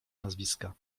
nazwiska